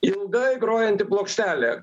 ilgai grojanti plokštelė